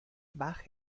bach